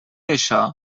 això